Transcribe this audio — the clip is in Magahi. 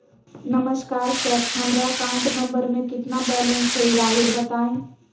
नमस्कार सर हमरा अकाउंट नंबर में कितना बैलेंस हेई राहुर बताई?